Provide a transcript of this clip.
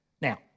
Now